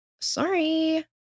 Sorry